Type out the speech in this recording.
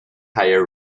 higher